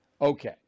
Okay